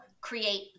create